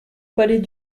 palais